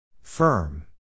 Firm